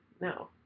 No